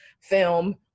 film